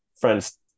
friends